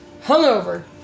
hungover